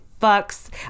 Bucks